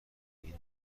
این